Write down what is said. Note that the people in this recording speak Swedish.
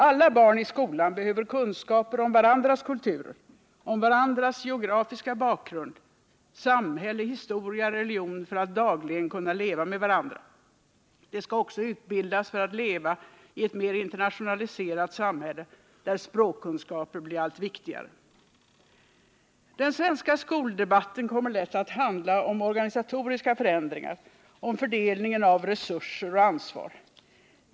Alla barn i skolan behöver kunskaper om varandras kulturer, om varandras geografiska bakgrund, samhälle, historia, religion för att dagligen kunna leva med varandra. De skall också utbildas för att leva i ett mer internationaliserat samhälle, där språkkunskaper blir allt viktigare. Den svenska skoldebatten kommer lätt att handla om organisatoriska förändringar, om fördelningen av resurser och ansvar.